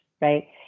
right